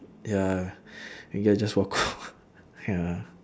ya maybe I just walk off ya